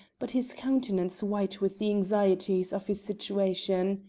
but his countenance white with the anxieties of his situation.